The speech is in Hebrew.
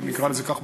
נקרא לזה כך,